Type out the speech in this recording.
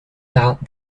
doubt